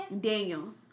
Daniels